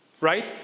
right